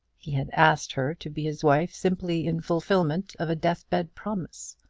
he had asked her to be his wife simply in fulfilment of a death-bed promise!